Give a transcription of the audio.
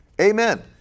Amen